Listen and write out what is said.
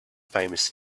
famous